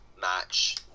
match